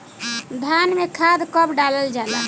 धान में खाद कब डालल जाला?